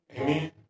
Amen